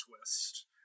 twist